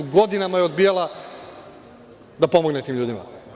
Godinama je odbijala da pomogne tim ljudima.